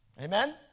Amen